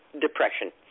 depression